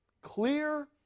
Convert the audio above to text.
clear